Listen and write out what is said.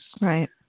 Right